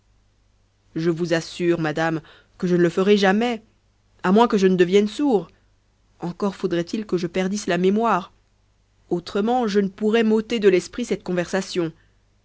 je vous assure madame que je ne le ferai jamais à moins que je ne devienne sourd encore faudrait-il que je perdisse la méméoire autrement je ne pourrais m'ôter de l'esprit cette conversation